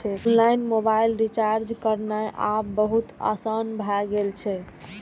online mobile recharge करनाय आब बहुत आसान भए गेल छै